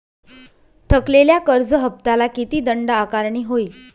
थकलेल्या कर्ज हफ्त्याला किती दंड आकारणी होईल?